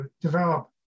develop